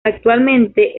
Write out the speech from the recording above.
actualmente